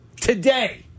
Today